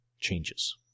changes